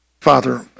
Father